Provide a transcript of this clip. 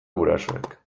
gurasoek